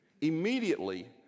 Immediately